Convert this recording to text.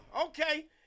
Okay